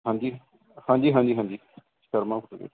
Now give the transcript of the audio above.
ਹਾਂਜੀ ਹਾਂਜੀ ਹਾਂਜੀ ਹਾਂਜੀ ਸ਼ਰਮਾ